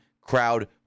crowd